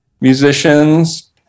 musicians